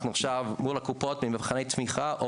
אנחנו עכשיו מול הקופות במבחני תמיכה או